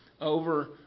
over